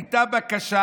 הייתה בקשה